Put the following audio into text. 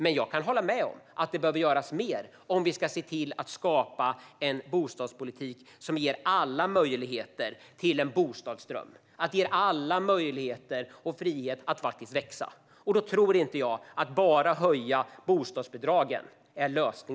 Men jag kan hålla med om det behöver göras mer om vi ska se till att skapa en bostadspolitik som ger alla möjligheter till en bostadsdröm och som ger alla möjligheter och frihet att växa. Då tror jag inte att lösningen är att bara höja bostadsbidragen.